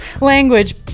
language